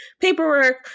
paperwork